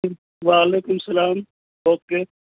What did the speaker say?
وعلیکم السلام اوکے